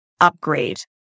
upgrade